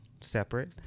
separate